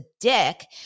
dick